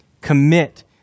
Commit